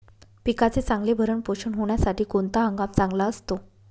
पिकाचे चांगले भरण पोषण होण्यासाठी कोणता हंगाम चांगला असतो?